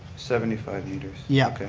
seventy five meters, yeah okay.